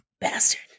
Bastard